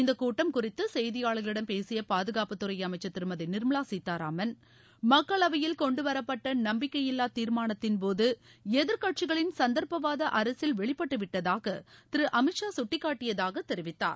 இந்த கூட்டம் குறித்து செய்தியாளர்களிடம் பேசிய பாதுகாப்புத்துறை அமைச்சர் திருமதி நிர்மலா சீத்தாராமன் மக்களவையில் கொண்டு வரப்பட்ட நம்பிக்கையில்லா தீர்மானத்தின்போது எதிர்க்கட்சிகளின் சந்தர்ப்பவாத அரசியல் வெளிப்பட்டு விட்டதாக திரு அமித்ஷா குட்டிக்காட்டியதாக தெரிவித்தார்